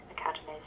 academies